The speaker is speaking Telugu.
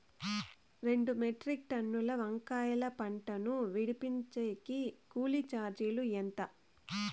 రెండు మెట్రిక్ టన్నుల వంకాయల పంట ను విడిపించేకి కూలీ చార్జీలు ఎంత?